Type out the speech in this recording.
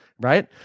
right